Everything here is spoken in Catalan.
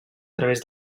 través